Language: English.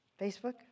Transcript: Facebook